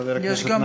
חבר הכנסת,